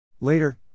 Later